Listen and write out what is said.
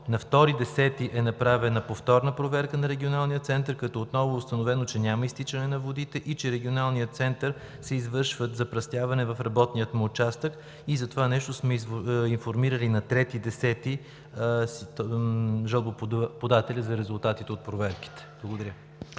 На 2 октомври 2019 г. е направена повторна проверка на Регионалния център, като отново е установено, че няма изтичане на водите и че в Регионалния център се извършва запръстяване в работния му участък. За това нещо сме информирали на 3 октомври 2019 г. жалбоподателя за резултатите от проверките. Благодаря.